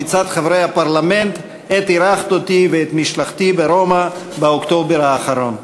מצדך עת אירחת אותי ואת משלחתי ברומא באוקטובר האחרון.